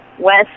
West